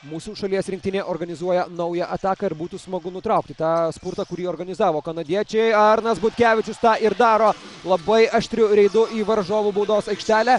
mūsų šalies rinktinė organizuoja naują ataką ir būtų smagu nutraukti tą spurtą kurį organizavo kanadiečiai arnas butkevičius tą ir daro labai aštriu reidu į varžovų baudos aikštelę